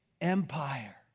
empire